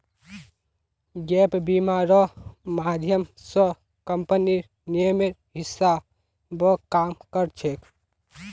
gap बीमा र माध्यम स कम्पनीर नियमेर हिसा ब काम कर छेक